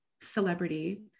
celebrity